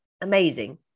amazing